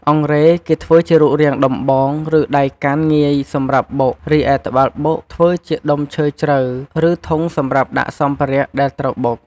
អង្រែគេធ្វើជារូបរាងដំបង ឬដៃកាន់ងាយសម្រាប់បុក រឺឯត្បាល់បុកធ្វើជាដុំឈើជ្រៅ ឬធុងសម្រាប់ដាក់សម្ភារៈដែលត្រូវបុក។។